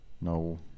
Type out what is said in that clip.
no